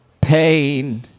Pain